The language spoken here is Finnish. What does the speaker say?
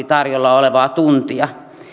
tarjolla olevaa tuntia